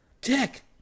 Dick